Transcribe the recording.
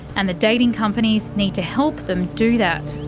and the dating companies need to help them do that.